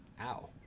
Ow